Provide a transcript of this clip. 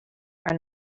are